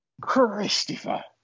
Christopher